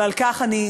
ועל כך אני,